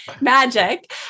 magic